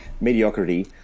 mediocrity